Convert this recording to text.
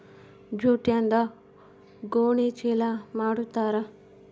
ಜೂಟ್ಯಿಂದ ಗೋಣಿ ಚೀಲ ಮಾಡುತಾರೆ